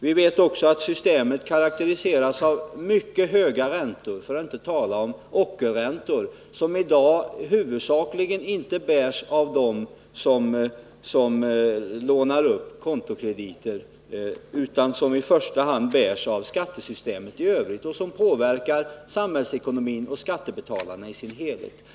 Vi vet också att systemet karakteriseras av mycket höga räntor, för att inte säga ockerräntor, som i dag inte huvudsakligen bärs av dem som lånar upp kontokrediter utan i första hand av skattesystemet, och det påverkar samhällsekonomin i dess helhet och drabbar skattebetalarna.